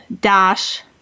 dash